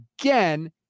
again